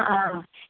അ ആ